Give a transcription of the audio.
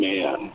Man